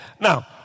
now